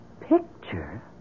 picture